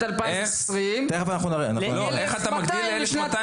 2020 ל-1,200 לשנת 2025. איך אתה מגדיר 1,200?